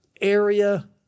area